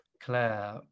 Claire